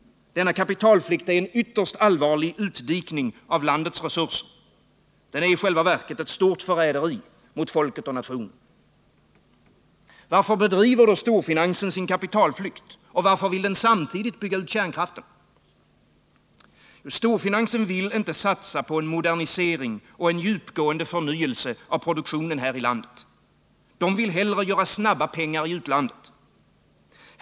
Denna kapitalflykt är en ytterst allvarlig utdikning av landets resurser. Den är i själva verket ett stort förräderi mot folket och nationen. Varför bedriver då storfinansen sin kapitalflykt och varför vill den samtidigt bygga ut kärnkraften? Storfinansen vill inte satsa på en modernisering och en djupgående förnyelse av produktionen här i landet. Den vill hellre göra snabba pengar i utlandet.